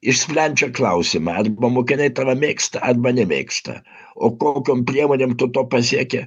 išsprendžia klausimą arba mokiniai tave mėgsta arba nemėgsta o kokiom priemonėm tu to pasieki